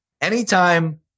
anytime